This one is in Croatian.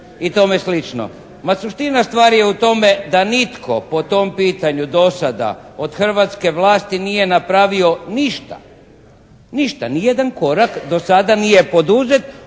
i tome slično. Ma suština stvari je u tome da nitko po tom pitanju do sada od hrvatske vlasti nije napravio ništa, ništa, ni jedan korak do sada nije poduzet